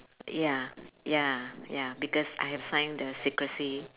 ya ya ya because I have sign the secrecy